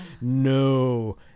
no